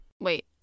Wait